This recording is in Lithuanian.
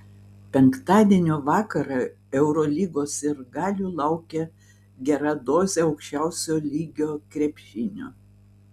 penktadienio vakarą eurolygos sirgalių laukia gera dozė aukščiausio lygio krepšinio